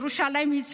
ירושלים היא ציון,